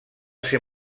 ser